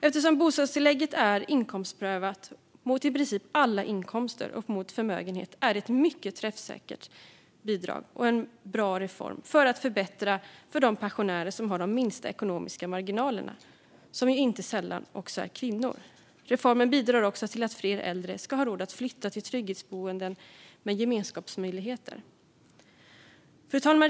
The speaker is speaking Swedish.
Eftersom bostadstillägget är inkomstprövat mot i princip alla inkomster och mot förmögenhet är det ett mycket träffsäkert bidrag och en bra reform för att förbättra för de pensionärer som har de minsta ekonomiska marginalerna. Dessa pensionärer är inte sällan kvinnor. Reformen bidrar också till att fler äldre har råd att flytta till trygghetsboenden med gemenskapsmöjligheter. Fru talman!